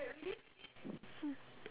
we